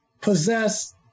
possess